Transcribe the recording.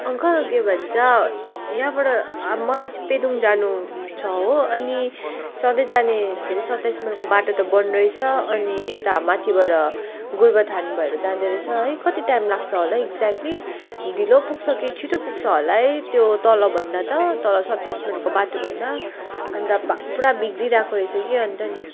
uncle के भन्छ यहाँबाट मलाई चाहिँ पेदुङ जानु छ हो अनि सधैँ जाने के अरे सत्ताइस माइलको बाटो त बन्द रहेछ अनि यता माथिबाट गोरुबथान भएर जाँदैरहेछ है कति टाइम लाग्छ होला एक्जेक्टली ढिलो पुग्छ कि छिटो पुग्छ होला है त्यो तलभन्दा त तल सत्ताइस माइलको बाटोभन्दा अन्त पुरा बिग्रिरहेको रहेछ कि अन्त नि